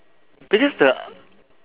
because the